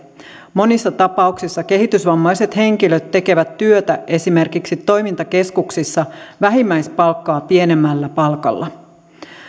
monissa tapauksissa kehitysvammaiset henkilöt tekevät työtä esimerkiksi toimintakeskuksissa vähimmäispalkkaa pienemmällä palkalla